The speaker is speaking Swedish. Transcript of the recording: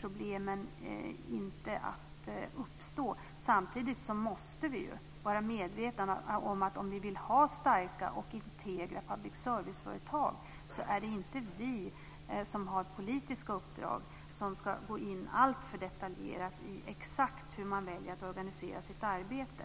problem inte att uppstå. Men samtidigt måste vi vara medvetna om att om vi vill ha starka och integra public service-företag, då är det inte vi som har politiska uppdrag som alltför detaljerat ska gå in i exakt hur man väljer att organisera sitt arbete.